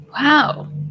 wow